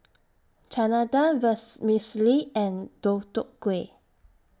Chana Dal Vermicelli and Deodeok Gui